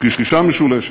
פגישה משולשת.